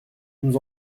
nous